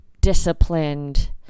disciplined